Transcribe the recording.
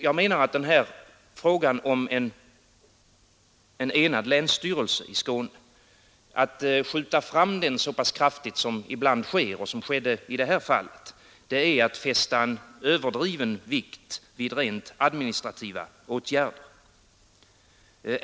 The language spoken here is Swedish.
Att skjuta fram frågan om en enad länsstyrelse i Skåne så pass kraftigt som ibland sker och som skedde i det här fallet är enlig min mening att fästa överdrivet stor vikt vid rent administrativa åtgärder.